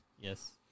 Yes